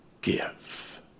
give